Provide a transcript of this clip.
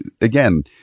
again